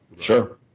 Sure